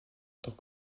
tant